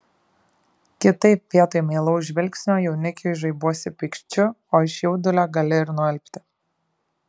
kitaip vietoj meilaus žvilgsnio jaunikiui žaibuosi pykčiu o iš jaudulio gali ir nualpti